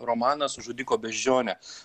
romanas žudiko beždžionė